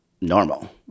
normal